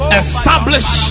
establish